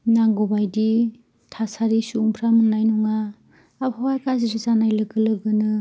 नांगौबायदि थासारि सुबुंफ्रा मोननाय नङा आबहावाया गाज्रि जानाय लोगो लोगोनो